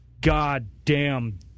goddamn